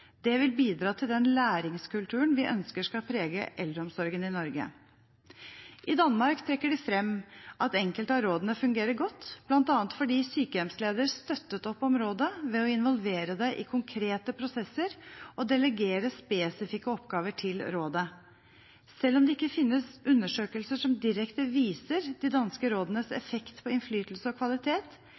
Det vil bidra til den læringskulturen vi ønsker skal prege eldreomsorgen i Norge. I Danmark trekker de fram at enkelte av rådene fungerer godt, bl.a. fordi sykehjemsleder støttet opp om rådet ved å involvere det i konkrete prosesser og delegere spesifikke oppgaver til rådet. Selv om det ikke finnes undersøkelser som direkte viser de danske rådenes effekt på innflytelse og kvalitet,